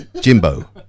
Jimbo